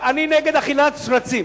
אני נגד אכילת שרצים.